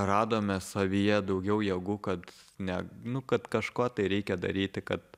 radome savyje daugiau jėgų kad ne nu kad kažko tai reikia daryti kad